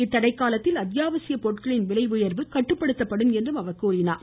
இத்தடைக்காலத்தில் அத்யாவசிய பொருட்களின் விலை உயர்வு கட்டுப்படுத்தப்படும் என்றார்